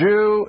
Jew